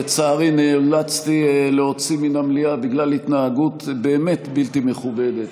שלצערי נאלצתי להוציא מהמליאה בגלל התנהגות באמת בלתי מכובדת,